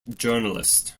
journalist